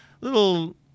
little